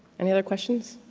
any other questions?